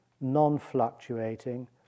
non-fluctuating